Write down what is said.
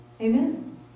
Amen